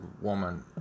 woman